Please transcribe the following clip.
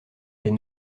est